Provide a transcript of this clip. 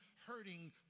hurting